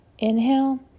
Inhale